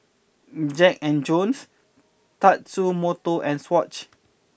Jack and Jones Tatsumoto and Swatch